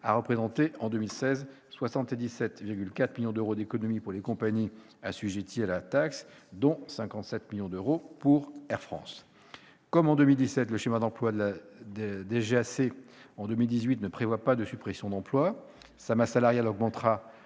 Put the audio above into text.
a représenté 77,4 millions d'euros d'économies en 2016 pour les compagnies assujetties à la taxe, dont 57 millions d'euros pour Air France. Comme en 2017, le schéma d'emplois pour 2018 de la DGAC ne prévoit pas de suppression d'emplois. Sa masse salariale augmentera